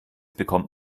bekommt